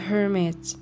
Hermit